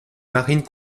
marines